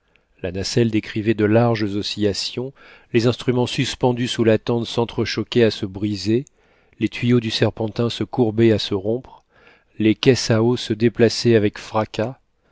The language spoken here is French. la nacelle décrivait de larges oscillations les instruments suspendus sous la tente s'entrechoquaient à se briser les tuyaux du serpentin se courbaient à se rompre les caisses à eau se déplaçaient avec fracas